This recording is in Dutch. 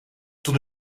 toen